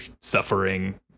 suffering